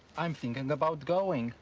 i'm thinking about going.